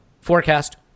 Forecast